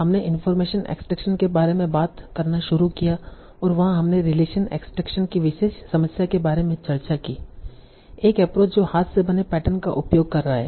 हमने information extraction के बारे में बात करना शुरू किया और वहां हमने रिलेशन एक्सट्रैक्शन की विशेष समस्या के बारे में चर्चा की एक एप्रोच जो हाथ से बने पैटर्न का उपयोग कर रहा है